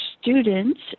students